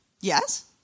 Yes